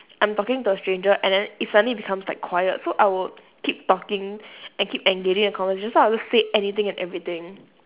I'm talking to a stranger and then it suddenly becomes like quiet so I would keep talking and keep engaging the conversation so I would say anything and everything